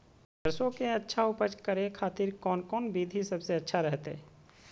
सरसों के अच्छा उपज करे खातिर कौन कौन विधि सबसे अच्छा रहतय?